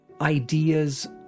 ideas